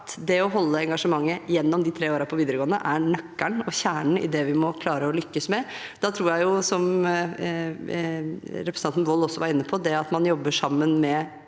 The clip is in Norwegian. det å holde engasjementet gjennom de tre årene på videregående er nøkkelen og kjernen i det vi må klare å lykkes med. Da tror jeg, som representanten Wold også var inne på, at det at man jobber sammen med